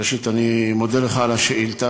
ראשית, אני מודה לך על השאילתה,